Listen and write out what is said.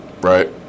Right